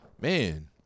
Man